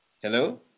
Hello